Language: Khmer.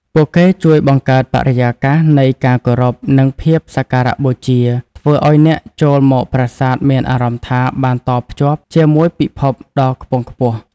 ពួកគេជួយបង្កើតបរិយាកាសនៃការគោរព និងភាពសក្ការៈបូជា ធ្វើឱ្យអ្នកចូលមកប្រាសាទមានអារម្មណ៍ថាបានតភ្ជាប់ជាមួយពិភពដ៏ខ្ពង់ខ្ពស់។